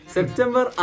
September